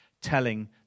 telling